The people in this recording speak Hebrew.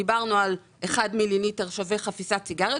דיברנו על כך שאחד מיליליטר שווה חפיסת סיגריות,